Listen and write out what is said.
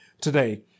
today